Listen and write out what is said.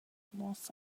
los